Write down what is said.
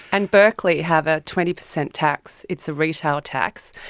and berkeley have a twenty percent tax, it's a retail tax,